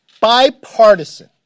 bipartisan